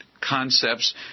concepts